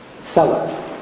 Seller